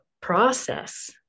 process